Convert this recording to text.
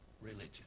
religion